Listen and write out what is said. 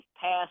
passed